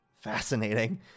fascinating